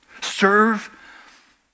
Serve